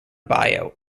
bio